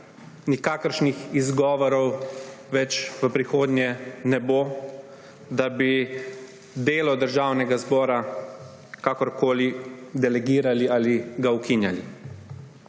nikakršnih izgovorov več v prihodnje ne bo, da bi delo Državnega zbora kakorkoli delegirali ali ga ukinjali.